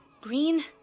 green